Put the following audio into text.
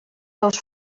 els